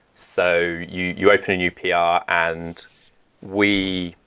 so you you open a new pr yeah and we,